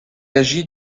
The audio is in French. agit